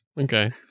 Okay